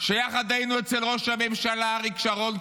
יחד היינו אצל ראש הממשלה אריק שרון,